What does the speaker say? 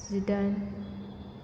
जिदाइन